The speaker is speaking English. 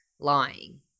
lying